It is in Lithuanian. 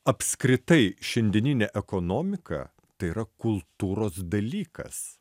apskritai šiandieninė ekonomika tai yra kultūros dalykas